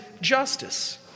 justice